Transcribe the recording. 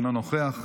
אינו נוכח,